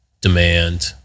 demand